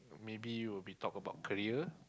maybe we will be talk about prayer